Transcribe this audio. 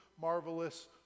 marvelous